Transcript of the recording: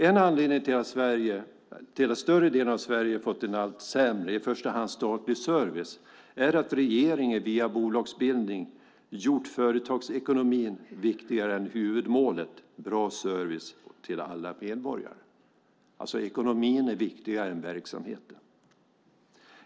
En anledning till att större delen av Sverige har fått en allt sämre i första hand statlig service är att regeringen via bolagsbildning har gjort företagsekonomin viktigare än huvudmålet bra service till alla medborgare. Ekonomin är viktigare än verksamheten.